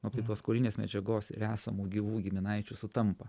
aptiktos kaulinės medžiagos ir esamų gyvų giminaičių sutampa